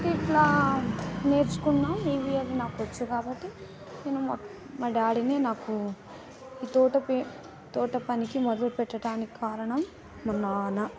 ఇట్లా నేర్చుకున్నాను మేబీ అది నాకు వచ్చు కాబట్టి నేను మా డాడీనే నాకు ఈ తోట పీ తోట పనికి మొదలు పెట్టడానికి కారణం మా నాన్న